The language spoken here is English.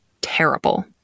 terrible